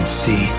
see